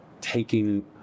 taking